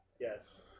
Yes